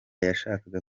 yashakaga